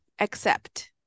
accept